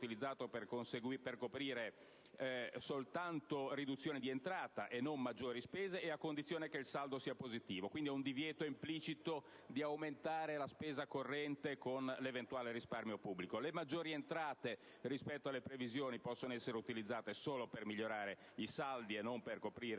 per coprire riduzioni di entrata - e non maggiori spese - e a condizione che il saldo sia positivo (si tratta dunque di un divieto implicito di aumentare la spesa corrente con l'eventuale risparmio pubblico). Le maggiori entrate, rispetto alle previsioni, potranno essere utilizzate solo per migliorare i saldi e non per coprire